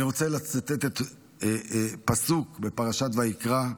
אני רוצה לצטט פסוק מפרשת ויקרא: